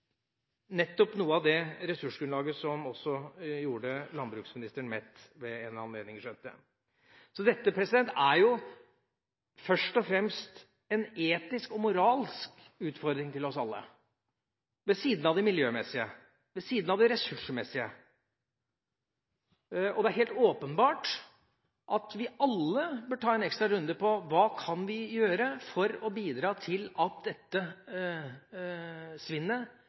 nettopp noe av det ressursgrunnlaget som også gjorde landbruksministeren mett ved en anledning, har jeg skjønt. Dette er jo først og fremst en etisk og moralsk utfordring til oss alle – ved siden av det miljømessige, ved siden av det ressursmessige. Det er helt åpenbart at vi alle bør ta en ekstra runde på: Hva kan vi gjøre for å bidra til at dette